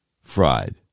fried